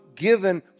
given